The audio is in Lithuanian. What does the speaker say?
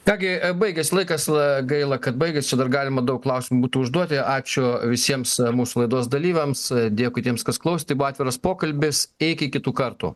ką gi e baigėsi laikas a gaila kad baigės čia dar galima daug klausimų būtų užduoti ačiū visiems mūsų laidos dalyviams dėkui tiems kas klausėt tai buvo atviras pokalbis iki kitų kartų